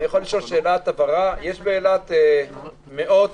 יש באילת מאות